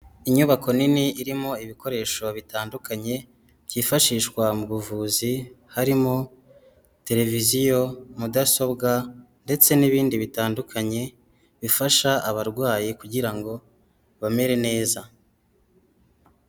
Inyubako nini irimo ibikoresho bitandukanye byifashishwa mu buvuzi, harimo televiziyo, mudasobwa ndetse n'ibindi bitandukanye bifasha abarwayi kugira ngo bamere neza.